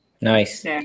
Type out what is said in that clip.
Nice